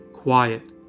quiet